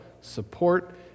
support